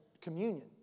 communion